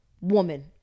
woman